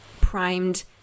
primed